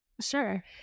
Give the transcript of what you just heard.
Sure